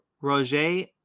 Roger